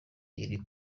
iri